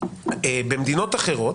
במדינות אחרות